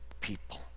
people